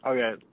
Okay